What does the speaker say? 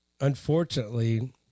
unfortunately